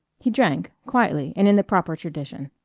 he drank quietly and in the proper tradition.